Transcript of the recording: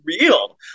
real